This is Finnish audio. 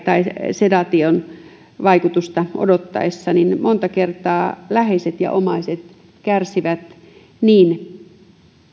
sedaation vaikutusta odottaessa monta kertaa läheiset ja omaiset kärsivät niin